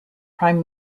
prime